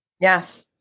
Yes